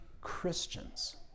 Christians